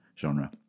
genre